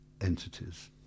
entities